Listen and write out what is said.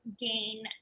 gain